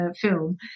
film